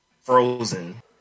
frozen